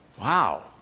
wow